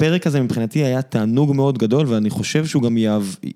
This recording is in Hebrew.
הפרק הזה מבחינתי היה תענוג מאוד גדול ואני חושב שהוא גם יאהב...